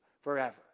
forever